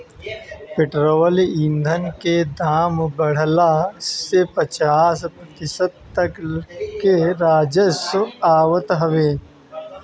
petrol ईधन के दाम बढ़ला से पचास प्रतिशत तक ले राजस्व आवत हवे